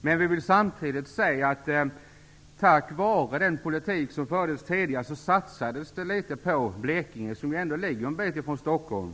Men tack vare den politik som man tidigare förde satsades det en del på Blekinge, som ändå ligger en bit från Stockholm.